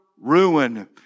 ruin